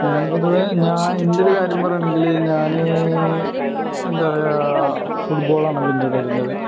ഞാൻ പൊതുവെ എന്റെയൊരു കാര്യം പറയാണെങ്കില് ഞാന് എന്താണു പറയുക ഫുട്ബോളാണ് പിന്തുടരുന്നത്